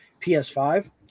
PS5